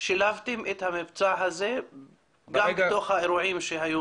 שילבתם את המבצע הזה גם בתוך האירועים שהיו.